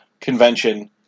convention